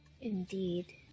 Indeed